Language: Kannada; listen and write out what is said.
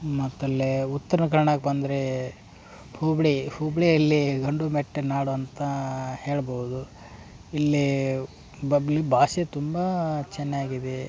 ಮತ್ತಲ್ಲೇ ಉತ್ತರ ಕನ್ನಡಕ್ಕೆ ಬಂದರೆ ಹುಬ್ಬಳಿ ಹುಬ್ಬಳ್ಳಿಯಲ್ಲಿ ಗಂಡು ಮೆಟ್ಟಿದ ನಾಡು ಅಂತ ಹೇಳ್ಬೌದು ಇಲ್ಲಿ ಬಬ್ಲಿ ಭಾಷೆ ತುಂಬಾ ಚೆನ್ನಾಗಿದೆ